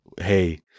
hey